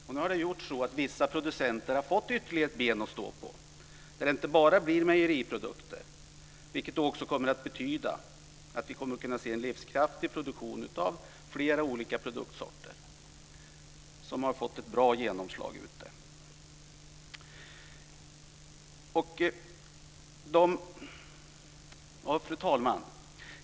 Och nu har det gjort att vissa producenter har fått ytterligare ett ben att stå på, så att det inte bara blir mejeriprodukter, vilket kommer att betyda att vi kommer att kunna se en livskraftig produktion av flera olika produktsorter som har fått ett bra genomslag ute. Fru talman!